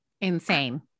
Insane